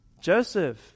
Joseph